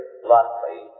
bluntly